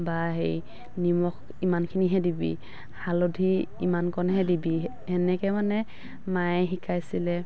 বা সেই নিমখ ইমানখিনিহে দিবি হালধি ইমানকণহে দিবি সেনেকে মানে মায়ে শিকাইছিলে